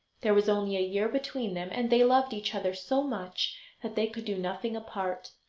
there was only a year between them, and they loved each other so much that they could do nothing apart.